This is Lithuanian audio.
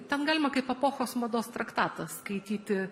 ten galima kaip epochos mados traktatą skaityti